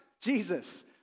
Jesus